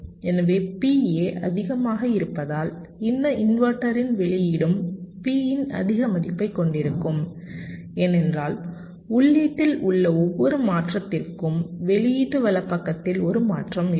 எனவே PA அதிகமாக இருப்பதால் இந்த இன்வெர்ட்டரின் வெளியீடும் P இன் அதிக மதிப்பைக் கொண்டிருக்கும் ஏனென்றால் உள்ளீட்டில் உள்ள ஒவ்வொரு மாற்றத்திற்கும் வெளியீட்டு வலப்பக்கத்தில் ஒரு மாற்றம் இருக்கும்